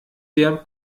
der